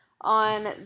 on